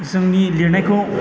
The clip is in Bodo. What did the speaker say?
जोंनि लिरनायखौ